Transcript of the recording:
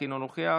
אינו נוכח,